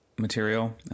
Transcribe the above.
Material